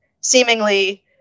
seemingly